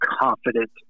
confident